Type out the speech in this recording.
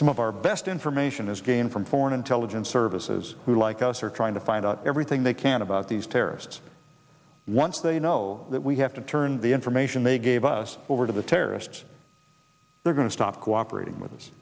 some of our best information is gained from foreign intelligence services who like us are trying to find out everything they can about these terrorists once they know that we have to turn the information they gave us over to the terrorists they're going to stop cooperating with